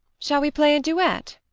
shall we play a duet?